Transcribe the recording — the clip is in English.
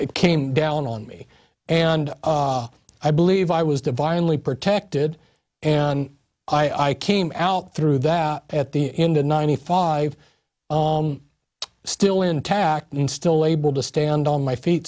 came down on me and i believe i was divinely protected and i came out through that at the end of ninety five still intact and still able to stand on my feet